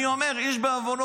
אני אומר: איש בעוונו.